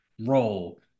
role